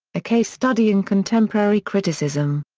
a case study in contemporary criticism.